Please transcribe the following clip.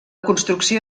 construcció